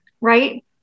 right